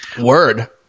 word